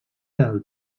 del